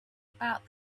about